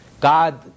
God